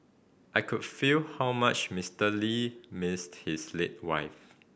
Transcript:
I could feel how much Mister Lee missed his late wife